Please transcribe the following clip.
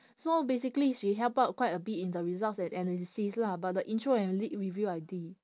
so basically she helped out quite a bit in the result and analysis lah but the intro and lead review I di~